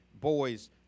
boys